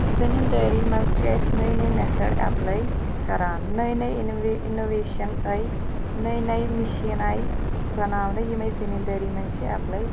زمیٖندٲرۍ منٛز چھِ أسۍ نٔے نٔے مٮ۪تھٲڈ اٮ۪پلَے کَران نٔے نٔے اِنوے اِنوٚویشَن آے نٔے نٔے مِشیٖن آے بَناونہٕ یِمَے زمیٖندٲرۍ منٛز چھِ اٮ۪پلَے